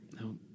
No